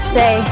say